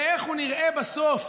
לאיך שהוא נראה בסוף